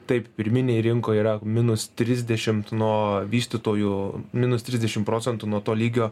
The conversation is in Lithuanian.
taip pirminėj rinkoj yra minus trisdešimt nuo vystytojų minus trisdešim procentų nuo to lygio